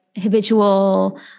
habitual